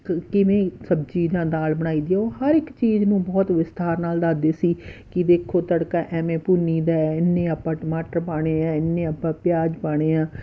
ਕ ਕਿਵੇਂ ਸਬਜ਼ੀ ਨਾਲ ਦਾਲ ਬਣਾਈ ਦੀ ਓਹ ਹਰ ਇੱਕ ਚੀਜ਼ ਨੂੰ ਬਹੁਤ ਵਿਸਥਾਰ ਨਾਲ ਦੱਸਦੇ ਸੀ ਕਿ ਦੇਖੋ ਤੜਕਾ ਐਵੇਂ ਭੁੰਨੀ ਦਾ ਇੰਨੇ ਆਪਾਂ ਟਮਾਟਰ ਪਾਉਣੇ ਆ ਇੰਨੇ ਆਪਾਂ ਪਿਆਜ ਪਾਉਣੇ ਆ